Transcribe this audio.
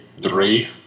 three